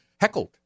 heckled